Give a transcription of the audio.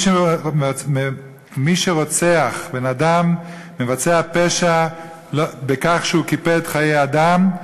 מי שרוצח בן-אדם מבצע פשע בכך שהוא קיפד חיי אדם,